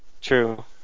True